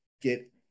get